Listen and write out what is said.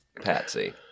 patsy